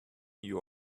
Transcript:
you